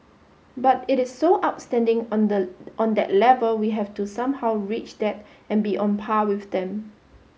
but it is so outstanding on the on that level we have to somehow reach that and be on par with them